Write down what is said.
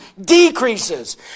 decreases